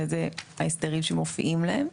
וזה ההסדרים שמופיעים להם.